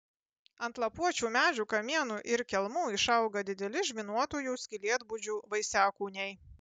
ant lapuočių medžių kamienų ir kelmų išauga dideli žvynuotųjų skylėtbudžių vaisiakūniai